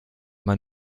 man